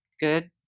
Good